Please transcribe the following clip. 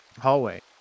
hallway